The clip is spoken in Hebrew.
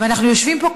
ואנחנו יושבים פה כולנו,